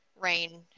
rain